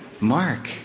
Mark